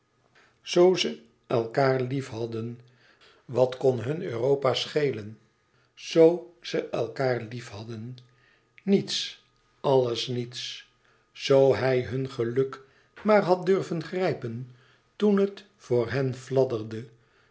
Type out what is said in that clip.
zoo ze elkaâr lief hadden wat kon hun europa schelen zoo ze elkaâr liéf hadden niets alles niets zoo hij hun geluk maar had durven grijpen toen het voor hen